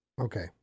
Okay